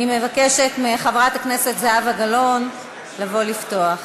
אני מבקשת מחברת הכנסת זהבה גלאון לבוא לפתוח.